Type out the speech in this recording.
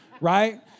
right